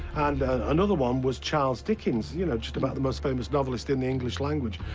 and another one was charles dickens, you know, just about the most famous novelist in the english language.